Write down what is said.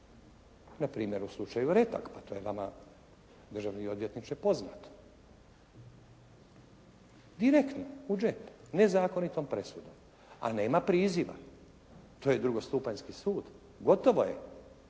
se ne razumije./ … Pa to je vama državni odvjetniče poznato. Direktno u džep nezakonitom presudom. A nema priziva. To je drugostupanjski sud. Gotovo je!